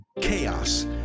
chaos